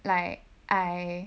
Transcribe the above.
like I